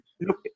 look